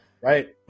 Right